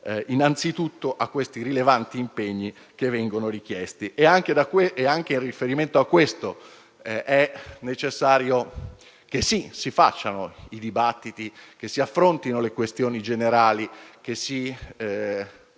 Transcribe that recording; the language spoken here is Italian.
ma adeguate a questi rilevanti impegni che vengono richiesti. Anche in riferimento a tale aspetto, è necessario che si facciano i dibattiti, che si affrontino le questioni generali, che si